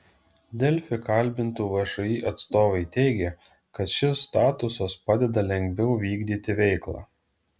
delfi kalbintų všį atstovai teigė kad šis statusas padeda lengviau vykdyti veiklą